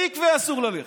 למקווה אסור ללכת,